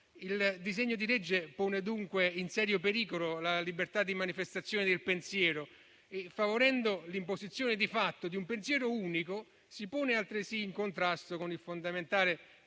il disegno di legge pone in serio pericolo la libertà di manifestazione del pensiero e, favorendo l'imposizione di fatto di un pensiero unico, si pone altresì in contrasto con il fondamentale